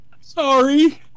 Sorry